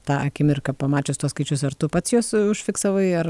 tą akimirką pamačius tuos skaičius ar tu pats juos užfiksavai ar